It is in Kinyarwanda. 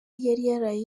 yaraye